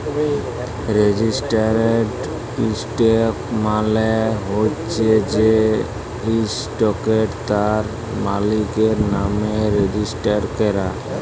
registered stock মালে হচ্যে যে ইসটকট তার মালিকের লামে রেজিস্টার ক্যরা